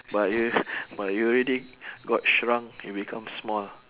but you but you already got shrunk you become small